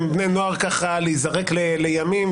אליהם כדי להיזרק לימים,